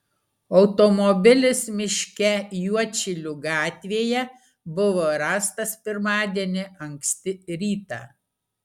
automobilis miške juodšilių gatvėje buvo rastas pirmadienį anksti rytą